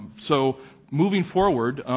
um so moving forward,